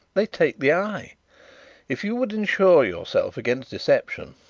they take the eye if you would ensure yourself against deception,